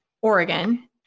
oregon